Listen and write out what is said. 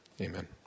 Amen